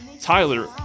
tyler